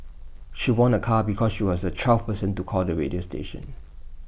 she won A car because she was the twelfth person to call the radio station